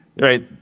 right